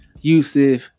Yusuf